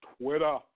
Twitter